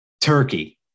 Turkey